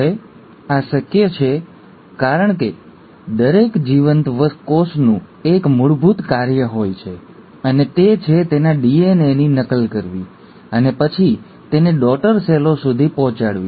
હવે આ શક્ય છે કારણ કે દરેક જીવંત કોષનું એક મૂળભૂત કાર્ય હોય છે અને તે છે તેના ડીએનએની નકલ કરવી અને પછી તેને ડૉટર સેલો સુધી પહોંચાડવી